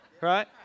Right